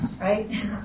Right